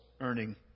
earning